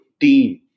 team